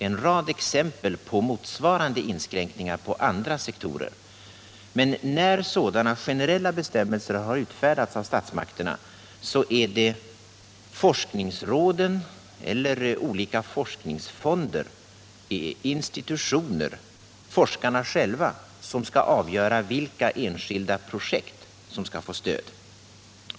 Vi har exempel på sådana inskränkningar på andra sektorer. Men när sådana generella bestämmelser utfärdas av statsmakterna, är det forskningsråden, olika forskningsfonder, institutioner eller forskarna själva som skall avgöra vilka enskilda projekt som skall få stöd.